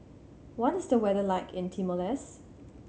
what is the weather like in Timor Leste